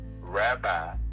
Rabbi